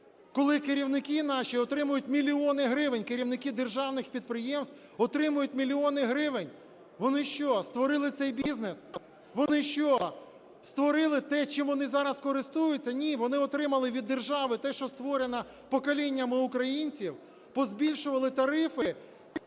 Коли керівники наші отримують мільйони гривень, керівники державних підприємств отримують мільйони гривень, вони що, створили цей бізнес? Вони що, створили те, чим вони зараз користуються? Ні, вони отримали від держави те, що створено поколіннями українців, позбільшували тарифи